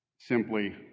simply